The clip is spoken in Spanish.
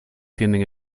tienen